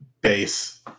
base